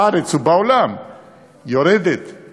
בארץ ובעולם יורדת,